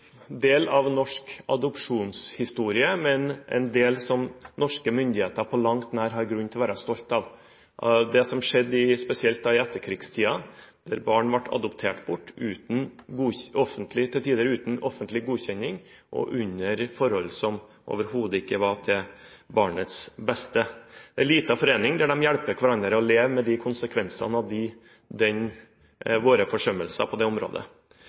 del av en norsk adopsjonshistorie, men en del som norske myndigheter på langt nær har grunn til å være stolt av; det som skjedde spesielt i etterkrigstiden, der barn ble adoptert bort, til tider uten offentlig godkjenning og under forhold som overhodet ikke var til barnets beste. Det er en liten forening der de hjelper hverandre å leve med konsekvensene av våre forsømmelser på det området.